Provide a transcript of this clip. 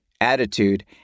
attitude